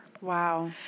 Wow